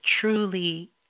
truly